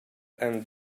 and